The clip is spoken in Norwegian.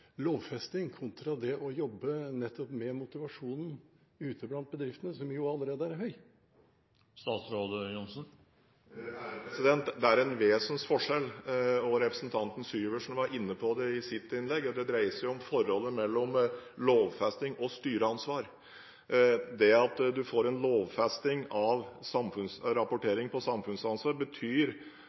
lovfesting kontra det å jobbe nettopp med motivasjonen ute blant bedriftene, som jo allerede er høy. Det er en vesensforskjell, og representanten Syversen var inne på det i sitt innlegg: Det dreier seg om forholdet mellom lovfesting og styreansvar. Det at man får en lovfesting av rapportering om samfunnsansvar, betyr